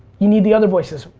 you need the other voices.